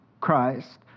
Christ